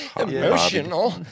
emotional